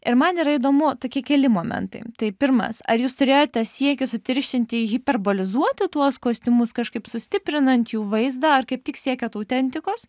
ir man yra įdomu tokie keli momentai tai pirmas ar jūs turėjote siekį sutištinti hiperbolizuoti tuos kostiumus kažkaip sustiprinant jų vaizdą ar kaip tik siekėt autentikos